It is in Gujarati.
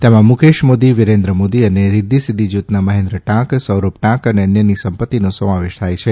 તેમાં મુકેશ મોદી વિરેન્દ્ર મોદી અને રીદ્વિ સિદ્વિ જૂથના મહેન્દ્ર ટાંક સૌરભ ટાંક અને અન્યની સંપત્તિનો સમાવેશ થાય છે